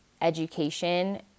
education